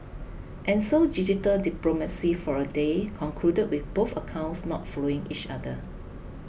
and so digital diplomacy for a day concluded with both accounts not following each other